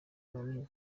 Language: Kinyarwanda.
runini